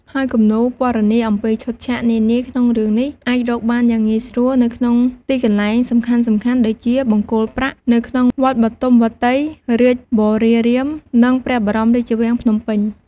ហើយគំនូរពណ៌នាអំពីឈុតឆាកនានាក្នុងរឿងនេះ អាចរកបានយ៉ាងងាយស្រួលនៅក្នុងទីកន្លែងសំខាន់ៗដូចជា បង្គោលប្រាក់ នៅក្នុង វត្តបទុមវតីរាជវរារាម និង ព្រះបរមរាជវាំងភ្នំពេញ។